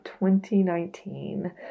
2019